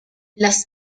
las